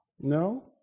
No